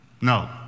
No